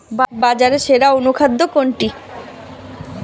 বাজারে সেরা অনুখাদ্য কোনটি?